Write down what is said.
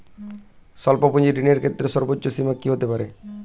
স্বল্প পুঁজির ঋণের ক্ষেত্রে সর্ব্বোচ্চ সীমা কী হতে পারে?